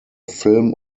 film